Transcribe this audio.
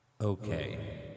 Okay